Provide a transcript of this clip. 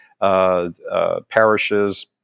parishes